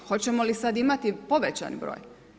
Hoćemo li sad imati povećan broj?